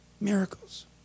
Miracles